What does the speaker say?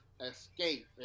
Escape